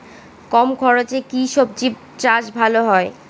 কম খরচে কি সবজি চাষ ভালো হয়?